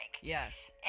Yes